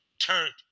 turned